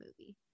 movie